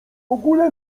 ogóle